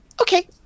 Okay